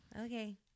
Okay